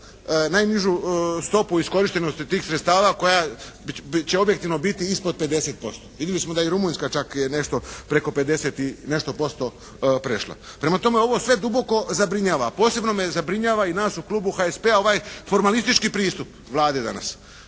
najnižu stopu iskorištenosti tih sredstava koja će objektivno biti ispod 50%. Vidjeli smo da i Rumunjska čak je nešto, preko 50 i nešto posto prešla. Prema tome ovo sve duboko zabrinjava. A posebno me zabrinjava i nas u Klubu HSP-a ovaj formalistički pristup Vlade danas.